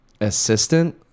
assistant